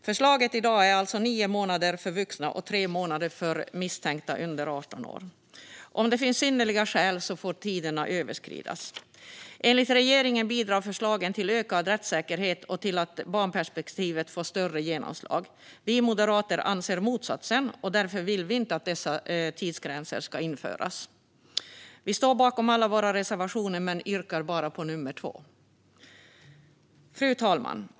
Förslaget i dag är alltså nio månader för vuxna och tre månader för misstänkta under 18 år. Om det finns synnerliga skäl får tiderna överskridas. Enligt regeringen bidrar förslagen till ökad rättssäkerhet och till att barnrättsperspektivet får större genomslag. Vi moderater anser motsatsen, och därför vill vi inte att dessa tidsgränser ska införas. Vi står bakom alla våra reservationer men yrkar bifall bara till nummer 2. Fru talman!